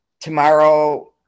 tomorrow